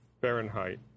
Fahrenheit